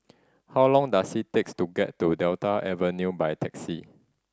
how long does it takes to get to Delta Avenue by taxi